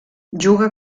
juga